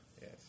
Yes